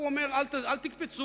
הוא אומר: אל תקפצו.